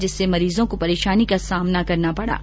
जिससे मरीजों को परेशानी का सामना करना पड़ रहा है